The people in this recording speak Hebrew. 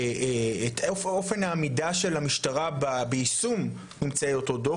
אופן העמידה של המשטרה ביישום ממצאי אותו דוח.